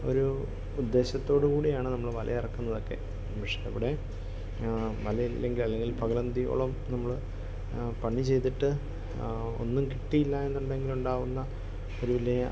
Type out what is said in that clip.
ഒരു ഉദ്ദേശത്തോട് കൂടെയാണ് നമ്മള് വല ഇറക്കുന്നതൊക്കെ പക്ഷെ ഇവിടെ വലയില്ലെങ്കിൽ അല്ലെങ്കിൽ പകലന്തിയോളം നമ്മള് പണി ചെയ്തിട്ട് ഒന്നും കിട്ടിയില്ല എന്നുണ്ടെങ്കിൽ ഉണ്ടാകുന്ന ഒര് വലിയ